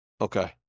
Okay